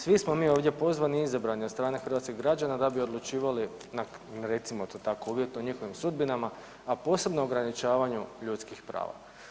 Svi smo mi ovdje pozvani i izabrani od strane hrvatskih građana da bi odlučivali recimo to tako uvjetno o njihovim sudbinama, a posebno ograničavanju ljudskih prava.